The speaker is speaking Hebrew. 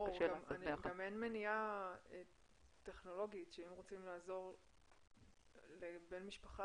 גם אין מניעה טכנולוגית - אם רוצים לעזור לבן משפחה